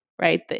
right